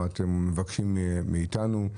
מה אתם מבקשים מאיתנו,